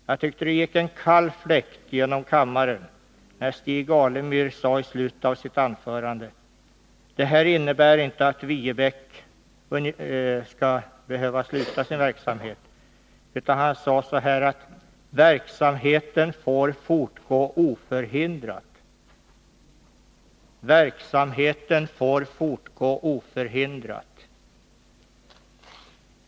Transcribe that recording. Jag tyckte det gick en kall fläkt genom kammaren när Stig Alemyr i slutet av sitt anförande sade att det här inte innebär att Viebäck skall behöva sluta sin verksamhet, utan verksamheten får fortgå oförhindrad.